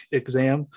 exam